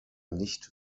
nicht